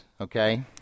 Okay